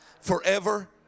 forever